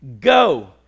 Go